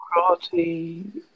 karate